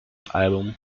album